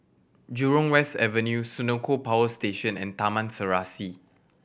Jurong West Avenue Senoko Power Station and Taman Serasi